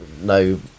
no